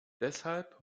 deshalb